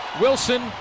Wilson